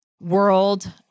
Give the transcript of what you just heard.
world